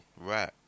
Right